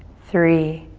three,